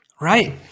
Right